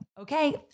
Okay